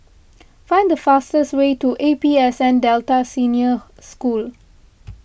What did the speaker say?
find the fastest way to A P S N Delta Senior School